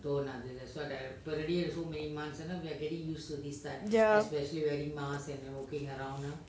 ya